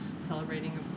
celebrating